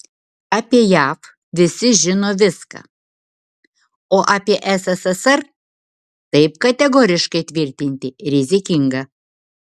apie jav visi žino viską o apie sssr taip kategoriškai tvirtinti rizikinga